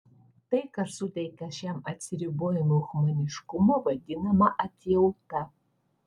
tai kas suteikia šiam atsiribojimui humaniškumo vadinama atjauta